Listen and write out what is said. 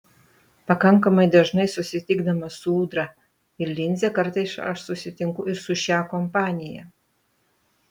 pakankamai dažnai susitikdamas su ūdra ir linze kartais aš susitinku ir su šia kompanija